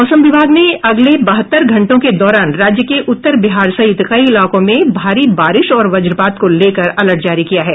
मौसम विभाग ने अगले बहत्तर घंटों के दौरान राज्य के उत्तर बिहार सहित कई इलाकों में भारी बारिश और वजपात को लेकर अलर्ट जारी किया है